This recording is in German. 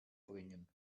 bringen